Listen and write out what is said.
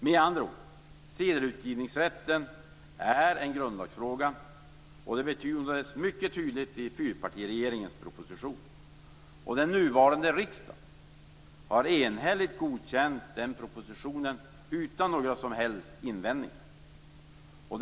Med andra ord: Sedelutgivningsrätten är en grundlagsfråga. Och det betonades mycket tydligt i fyrpartiregeringens proposition. Den nuvarande riksdagen har enhälligt godkänt den propositionen utan några som helst invändningar.